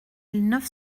mille